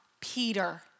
Peter